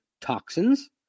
toxins